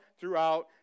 throughout